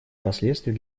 последствий